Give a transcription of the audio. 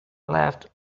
left